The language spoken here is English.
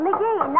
McGee